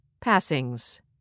Passings